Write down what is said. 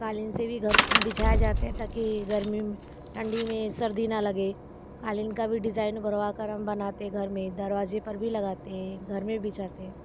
क़ालीन से भी घर बिछाए जाते हैं ताकि गर्मियों में ठंडी में सर्दी ना लगे क़ालीन का भी डिज़ाइन उभरवा कर हम बनाते घर में दरवाज़े पर भी लगाते हैं घर में बिछाते हैं